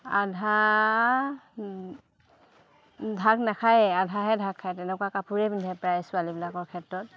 আধা ঢাক নাখায় আধাহে ঢাক খায় তেনেকুৱা কাপোৰেই পিন্ধে প্ৰায় ছোৱালীবিলাকৰ ক্ষেত্ৰত